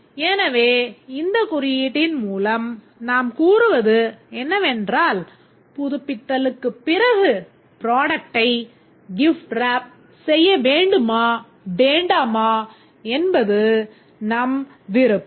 எனவே இந்த குறியீட்டின் மூலம் நாம் கூறுவது என்னவென்றால் புதுப்பித்தலுக்குப் பிறகு product ஐ gift wrap செய்ய வேண்டுமா வேண்டாமா என்பது நம் விருப்பம்